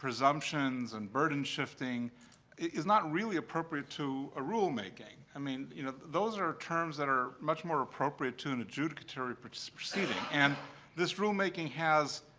presumptions and burden shifting is not really appropriate to a rulemaking. i mean, you know, those are terms that are much more appropriate to an adjudicatory proceeding. and this rulemaking has,